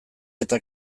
eta